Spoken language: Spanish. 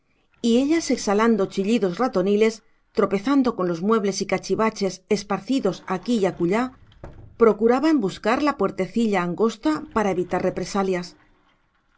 y ellas exhalando chillidos ratoniles tropezando con los muebles y cachivaches esparcidos aquí y acullá procuraban buscar la puertecilla angosta para evitar represalias